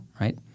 right